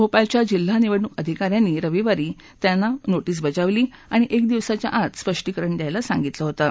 भोपाळच्या जिल्हा निवडणूक अधिकाऱ्यांनी रविवारी प्रज्ञा सिंग ठाकूर यांना नोटीस बजावली आणि एक दिवसाच्या आत स्पष्टीकरण द्यायला सांगितलं होतं